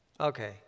Okay